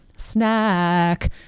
Snack